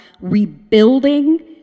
rebuilding